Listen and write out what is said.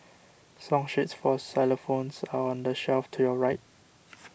song sheets for xylophones are on the shelf to your right